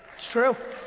true.